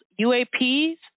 UAPs